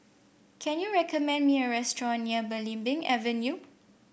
can you recommend me a restaurant near Belimbing Avenue